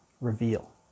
reveal